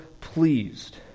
pleased